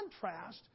contrast